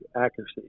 accuracy